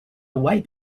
away